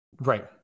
Right